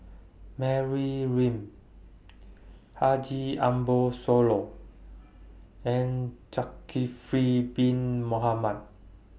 Mary Lim Haji Ambo Sooloh and Zulkifli Bin Mohamed